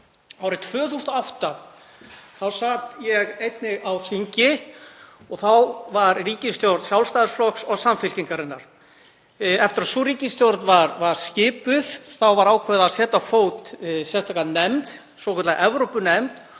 Árið 2008 sat ég einnig á þingi og þá var ríkisstjórn Sjálfstæðisflokks og Samfylkingarinnar. Eftir að sú ríkisstjórn var skipuð var ákveðið að setja á fót sérstaka nefnd, svokallaða Evrópunefnd,